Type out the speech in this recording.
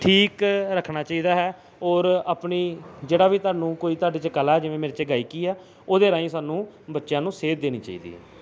ਠੀਕ ਰੱਖਣਾ ਚਾਹੀਦਾ ਹੈ ਔਰ ਆਪਣੀ ਜਿਹੜਾ ਵੀ ਤੁਹਾਨੂੰ ਕੋਈ ਤੁਹਾਡੇ 'ਚ ਕਲਾ ਜਿਵੇਂ ਮੇਰੇ 'ਚ ਗਾਇਕੀ ਆ ਉਹਦੇ ਰਾਹੀਂ ਸਾਨੂੰ ਬੱਚਿਆਂ ਨੂੰ ਸੇਧ ਦੇਣੀ ਚਾਹੀਦੀ ਹੈ